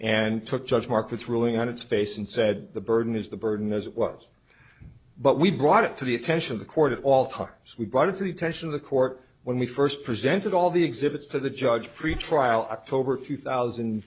and took judge markets ruling on its face and said the burden is the burden as it was but we brought it to the attention of the court of all parts we brought it to the attention of the court when we first presented all the exhibits to the judge pretrial october two thousand